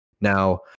now